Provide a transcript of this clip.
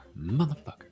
motherfucker